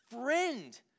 friend